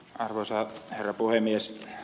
arvoisa herra puhemies